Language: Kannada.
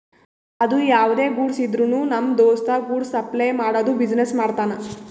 ಅದು ಯಾವ್ದೇ ಗೂಡ್ಸ್ ಇದ್ರುನು ನಮ್ ದೋಸ್ತ ಗೂಡ್ಸ್ ಸಪ್ಲೈ ಮಾಡದು ಬಿಸಿನೆಸ್ ಮಾಡ್ತಾನ್